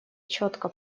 четко